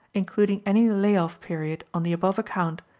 including any lay-off period on the above account,